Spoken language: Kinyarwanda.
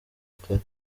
kare